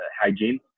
hygiene